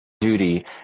duty